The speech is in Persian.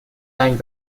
رنگ